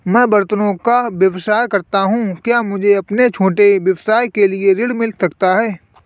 मैं बर्तनों का व्यवसाय करता हूँ क्या मुझे अपने छोटे व्यवसाय के लिए ऋण मिल सकता है?